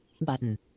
Button